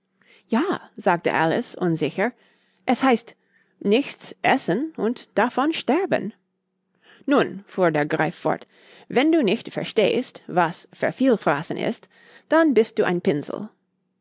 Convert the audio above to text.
ja sagte alice unsicher es heißt nichts essen und davon sterben nun fuhr der greif fort wenn du nicht verstehst was vervielfraßen ist dann bist du ein pinsel